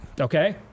Okay